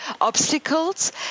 obstacles